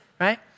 Right